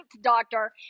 doctor